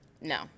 No